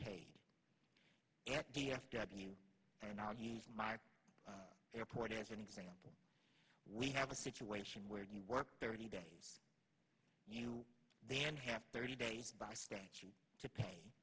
f w and i'll use my airport as an example we have a situation where you work thirty day you then have thirty days by statute to pay